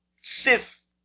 Sith